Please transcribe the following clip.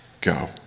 go